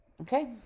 Okay